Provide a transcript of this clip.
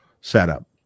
setup